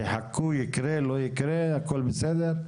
תחכו ייקרה, לא ייקרה, הכול בסדר?